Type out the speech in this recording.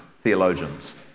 theologians